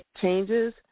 changes